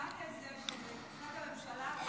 את מודעת לזה שבתקופת הממשלה הקודמת ראש הממשלה התראיין